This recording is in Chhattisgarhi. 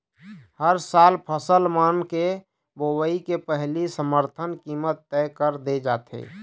हर साल फसल मन के बोवई के पहिली समरथन कीमत तय कर दे जाथे